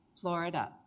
Florida